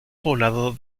poblado